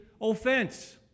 offense